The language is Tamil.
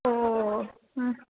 ஓ ம்